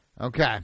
Okay